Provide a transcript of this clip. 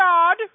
God